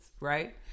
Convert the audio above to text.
Right